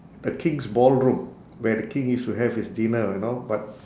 the king's ballroom where the king is to have his dinner you know but